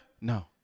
No